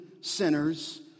sinners